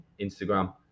instagram